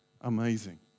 amazing